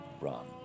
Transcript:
Run